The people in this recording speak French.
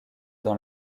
dans